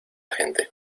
gente